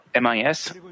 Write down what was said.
MIS